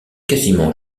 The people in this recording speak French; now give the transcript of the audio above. quasiment